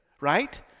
Right